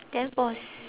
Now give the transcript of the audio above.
then bose